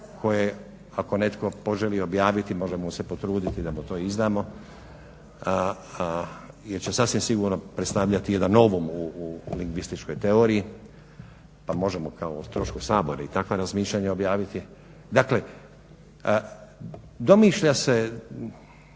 koje ako netko poželi objaviti možemo mu se potruditi da mu to izdamo, jer će sasvim sigurno predstavljati jedan novom u lingvističkoj teoriji pa možemo kao o trošku Sabora i takva razmišljanja objaviti. Dakle, domišlja se,